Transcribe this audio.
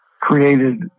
created